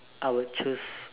I would choose